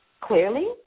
Clearly